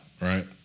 right